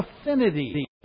affinity